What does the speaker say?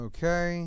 Okay